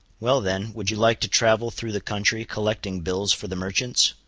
well then, would you like to travel through the country collecting bills for the merchants?